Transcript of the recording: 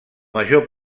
major